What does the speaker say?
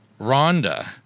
Rhonda